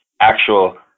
actual